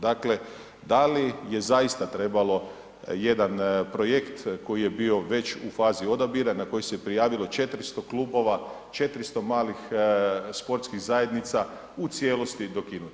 Dakle, da li je zaista trebalo jedan projekt koji je bio već u fazi odabira na koji se prijavilo 400 klubova, 400 malih sportskih zajednica u cijelosti dokinuti?